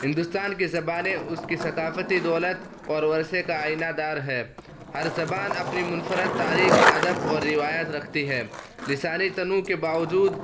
ہندوستان کی زبانیں اس کی ثقافتی دولت اور ورثے کا آئینہ دار ہے ہر زبان اپنی منفرد تاریخ ادب اور روایت رکھتی ہے لسانی تنوع کے باوجود